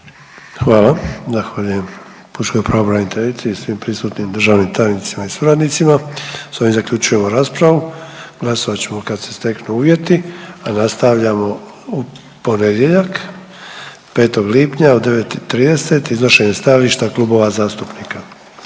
Hvala, zahvaljujem pučkoj pravobraniteljici i svim prisutnim državnim tajnicima i suradnicima. S ovim zaključujemo raspravu, glasovat ćemo kad se steknu uvjeti, a nastavljamo u ponedjeljak 5. lipnja u 9 i 30 iznošenjem stajališta klubova zastupnika.